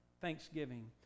thanksgiving